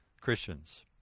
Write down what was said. Christians